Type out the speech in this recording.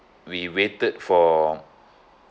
we waited for